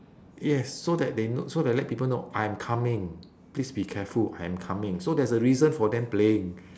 yes so that they kno~ so they let people know I am coming please be careful I am coming so there's a reason for them playing